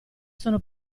sono